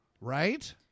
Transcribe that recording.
Right